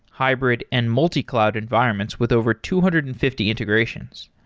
hybrid and multi-cloud environments with over two hundred and fifty integrations.